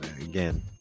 again